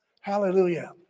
Hallelujah